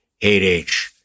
8h